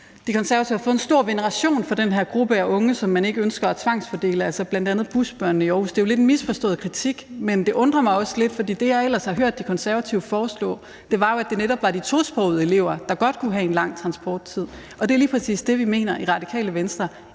De Konservative har fået en stor veneration for den her gruppe af unge, som man ikke ønsker at tvangsfordele, altså bl.a. busbørnene i Aarhus. Det er jo lidt en misforstået kritik, men det undrer mig også lidt, for det, jeg ellers har hørt De Konservative foreslå, er jo, at det netop var de tosprogede elever, der godt kunne have en lang transporttid. Og det er lige præcis det, vi mener i Radikale Venstre